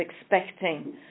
expecting